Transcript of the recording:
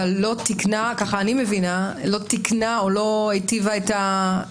אבל לא תיקנה כך אני מבינה או לא היטיבה את המצב.